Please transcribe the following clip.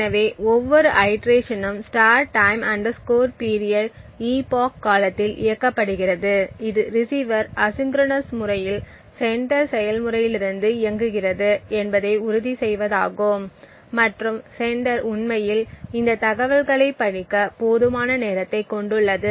எனவே ஒவ்வொரு ஐடிரேஷனும் TIME PERIOD epoch காலத்தில் இயக்கப்படுகிறது இது ரிசீவர் அசிங்கிறோனோஸ் முறையில் செண்டர் செயல்முறையிலிருந்து இயங்குகிறது என்பதை உறுதி செய்வதாகும் மற்றும் செண்டர் உண்மையில் இந்த தகவலைப் படிக்க போதுமான நேரத்தைக் கொண்டுள்ளது